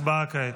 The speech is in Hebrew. הצבעה כעת.